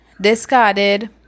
discarded